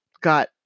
got